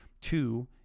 Two